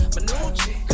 Manucci